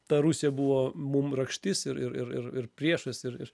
ta rusija buvo mum rakštis ir ir ir ir priešas ir ir